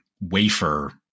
wafer